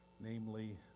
namely